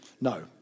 No